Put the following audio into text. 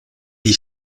die